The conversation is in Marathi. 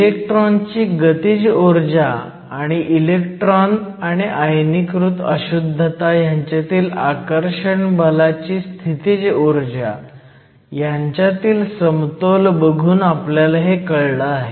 इलेक्ट्रॉनची गतीज ऊर्जा आणि इलेक्ट्रॉन आणि आयनीकृत अशुद्धता ह्यांच्यातील आकर्षण बलाची स्थितीज ऊर्जा ह्यांच्यातील समतोल बघून आपल्याला हे कळलं आहे